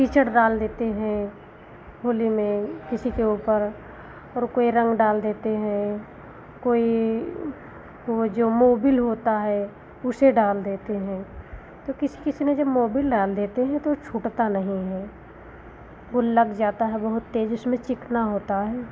कीचड़ डाल देते हैं होली में किसी के ऊपर और कोई रंग डाल देते हैं कोई वह जो मोबिल होता है उसे डाल देते हैं तो किसी किसी ने जब मोबिल डाल देते हैं तो वह छूटता नहीं है वह लग जाता है बहुत तेज उसमें चिकना होता है